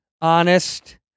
honest